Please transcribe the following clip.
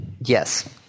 Yes